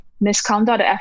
misconduct